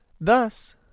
Thus